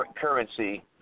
currency